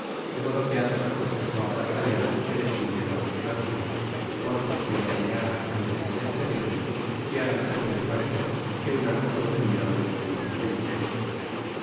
de modo que athos aconsejó á d'artagnan que despidiera al tunante porthos que le apaleara antes de despedirle y aramis fué de parecer que un amo solo debia oir cumplimientos